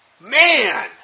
Man